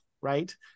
right